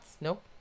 Nope